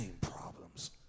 problems